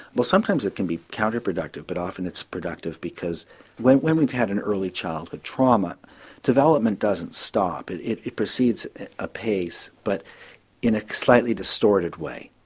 well sometimes it can be counter-productive but often it's productive because when when we've had an early childhood trauma development doesn't stop, it it proceeds at a pace but in a slightly distorted way.